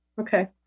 Okay